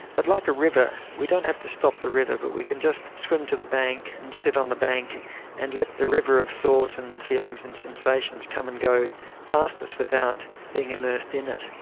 but like a river, we don't have to stop the river but we can just swim to the bank and sit on the bank and let the river of thoughts and feelings and sensations come and go past us without being immersed in it.